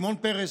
שמעון פרס.